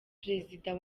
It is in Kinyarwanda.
perezida